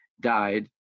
died